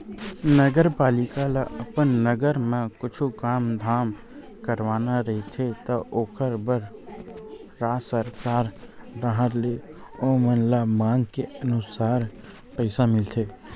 नगरपालिका ल अपन नगर म कुछु काम धाम करवाना रहिथे त ओखर बर राज सरकार डाहर ले ओमन ल मांग के अनुसार पइसा मिलथे